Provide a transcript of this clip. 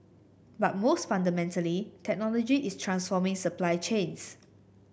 but most fundamentally technology is transforming supply chains